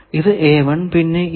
ഇത് പിന്നെ ഇത്